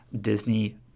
Disney